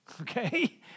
okay